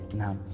nam